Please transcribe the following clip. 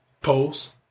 Polls